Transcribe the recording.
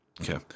Okay